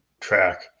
track